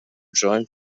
joined